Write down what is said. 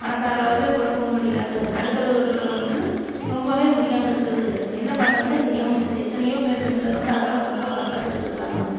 பணக்காரராகவே பிறக்கவும் முடியாது நடுத்தரருக்கிறவங்களும் ரொம்ப முடியாமே இருக்குது அது என்ன பண்றதுன்னே தெரியாமல் முடிச்சது எத்தனையோ பெ பெண்கள் வந்து அதனால ரொம்ப கஷ்டப்பட்டுட்டு இருக்கிறாங்க